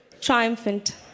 triumphant